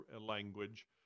language